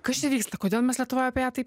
kas čia vyksta kodėl mes lietuvoj apie ją taip